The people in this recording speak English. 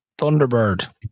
Thunderbird